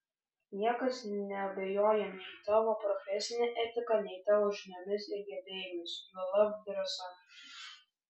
niekas neabejoja nei tavo profesine etika nei tavo žiniomis ir gebėjimais juolab drąsa